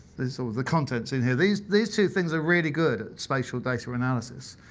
the sort of the contents in here. these these two things are really good spatial data analysis,